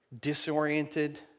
Disoriented